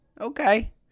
okay